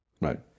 Right